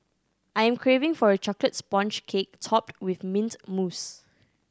I am craving for a chocolate sponge cake topped with mint mousse